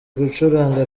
gucuranga